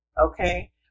okay